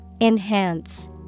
Enhance